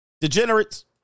Degenerates